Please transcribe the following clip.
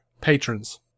patrons